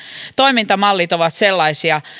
toimintamallit ovat sellaisia